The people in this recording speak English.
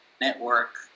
Network